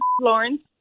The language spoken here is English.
Lawrence